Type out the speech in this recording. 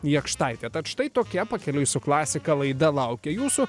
jakštaitė tad štai tokia pakeliui su klasika laida laukia jūsų